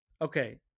Okay